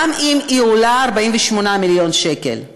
גם אם היא עולה 48 מיליון שקל.